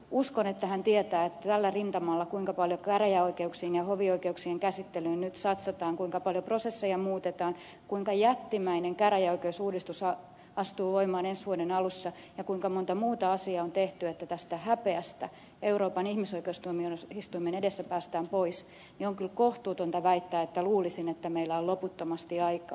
uskon että hän tietää kuinka paljon tällä rintamalla käräjäoikeuksien ja hovioikeuksien käsittelyyn nyt satsataan kuinka paljon prosesseja muutetaan kuinka jättimäinen käräjäoikeusuudistus astuu voimaan ensi vuoden alussa ja kuinka monta muuta asiaa on tehty jotta tästä häpeästä euroopan ihmisoikeustuomioistuimen edessä päästään pois joten on kyllä kohtuutonta väittää että luulisin että meillä on loputtomasti aikaa